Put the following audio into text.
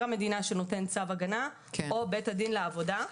המדינה שנותן צו הגנה או בית הדין לעבודה.